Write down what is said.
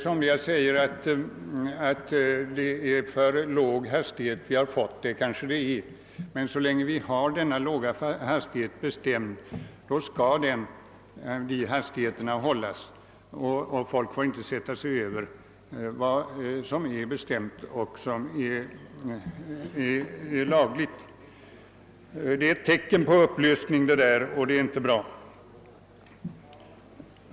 Somliga menar att den föreskrivna maximihastigheten är för låg. Det kanske den är, men så länge denna låga hastighet är påbjuden skall den iakttas. Folk får inte sätta sig över vad som i lagen är bestämt. Den aktuella företeelsen är ett tecken på upplösning.